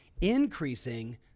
increasing